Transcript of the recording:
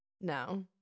No